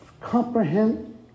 comprehend